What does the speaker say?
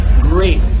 great